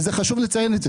חשוב לציין את זה